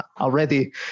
already